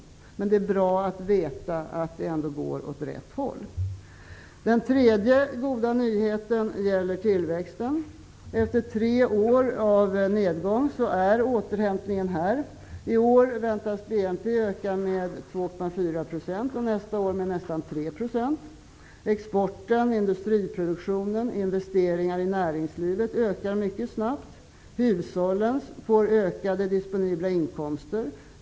Det är bra att veta att det ändå går åt rätt håll. Den tredje goda nyheten gäller tillväxten. Efter tre år av nedgång är återhämtningen här. I år väntas BNP öka med 2,4 %, nästa år med nästan 3 %. Exporten, industriproduktionen och investeringarna i näringslivet ökar mycket snabbt. Hushållen får ökade disponibla inkomster.